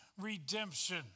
redemption